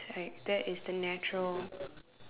like that is the natural